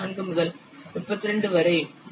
04 முதல் 32 வரை 2